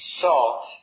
salt